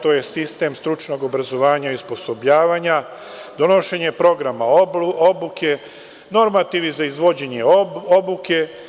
To je sistem stručnog obrazovanja i osposobljavanja, donošenje programa obuke i normativi za izvođenje obuke.